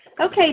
Okay